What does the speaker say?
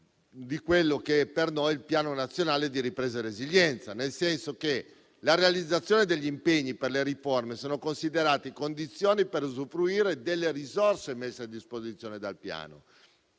in precedenza - del Piano nazionale di ripresa e resilienza, nel senso che la realizzazione degli impegni per le riforme è considerata condizione per usufruire delle risorse messe a disposizione dal Piano.